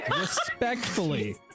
respectfully